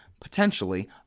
potentially